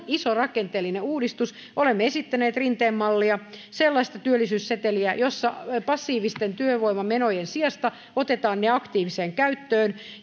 iso rakenteellinen uudistus olemme esittäneet rinteen mallia sellaista työllisyysseteliä jossa passiivisten työvoimamenojen sijasta otetaan rahat aktiiviseen käyttöön